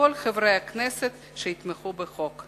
לכל חברי הכנסת שיתמכו בחוק.